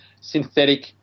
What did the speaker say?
synthetic